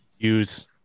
Use